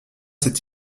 cette